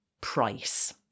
price